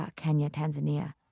ah kenya, tanzania